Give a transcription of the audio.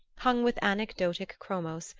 hung with anecdotic chromos,